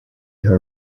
her